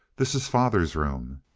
this is father's room.